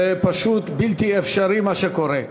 זה פשוט בלתי אפשרי מה שקורה.